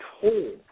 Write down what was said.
told